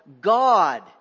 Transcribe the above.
God